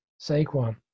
Saquon